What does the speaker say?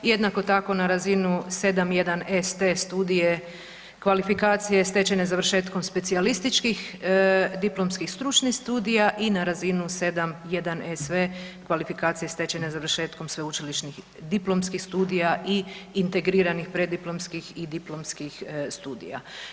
Jednako tako, na razinu 7-1-ST studije, kvalifikacije stečene završetkom specijalističkih diplomskih stručnih studija i na razinu 7-1-SV kvalifikacije stečene završetkom sveučilišnih diplomskih studija i integriranih preddiplomskih i diplomskih studija.